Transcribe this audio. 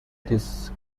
these